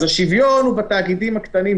אז השוויון הוא בתאגידים הקטנים,